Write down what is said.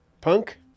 punk